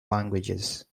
languages